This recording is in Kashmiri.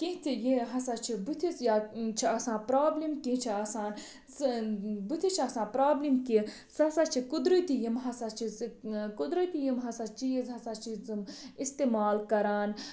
کیٚنٛہہ تہِ یہِ ہَسا چھِ بُتھِس یا چھِ آسان پرٛابلِم کیٚنٛہہ چھِ آسان سُہ بُتھِس چھِ آسان پرٛابلِم کیٚنٛہہ سُہ ہَسا چھِ قُدرٔتی یِم ہَسا چھِ سُہ قدرٔتی یِم ہَسا چیٖز ہَسا چھِ تم اِستعمال کَران